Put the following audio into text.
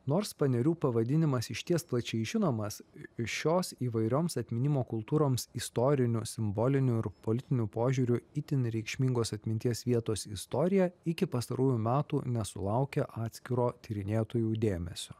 nors panerių pavadinimas išties plačiai žinomas šios įvairioms atminimo kultūroms istoriniu simboliniu ir politiniu požiūriu itin reikšmingos atminties vietos istoriją iki pastarųjų metų nesulaukė atskiro tyrinėtojų dėmesio